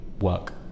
work